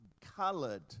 colored